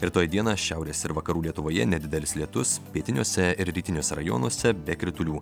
rytoj dieną šiaurės ir vakarų lietuvoje nedidelis lietus pietiniuose rytiniuose rajonuose be kritulių